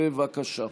בבקשה.